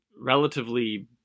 relatively